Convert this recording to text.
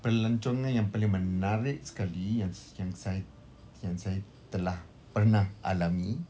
pelancongan yang paling menarik sekali yang yang say~ yang saya telah pernah alami